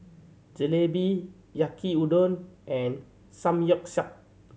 Jalebi Yaki Udon and Samgyeopsal